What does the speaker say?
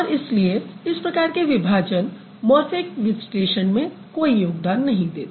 और इसलिए इस प्रकार के विभाजन मॉर्फ़ैमिक विश्लेषण में कोई योगदान नहीं देते